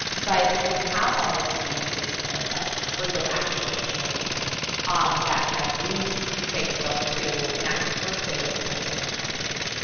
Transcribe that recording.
but if you have all of the you know ah group of activists in a region um that have used facebook to enact the first wave of change in their country,